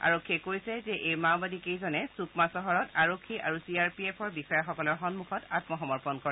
আৰক্ষীয়ে কৈছে যে এই মাওবাদী কেইজনে ছুকমা চহৰত আৰক্ষী আৰু চি আৰ পি এফৰ বিষয়াসকলৰ সম্মুখত আম্মসমৰ্পণ কৰে